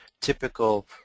typical